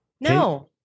No